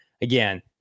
again